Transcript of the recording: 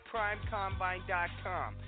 PrimeCombine.com